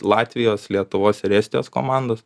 latvijos lietuvos ir estijos komandos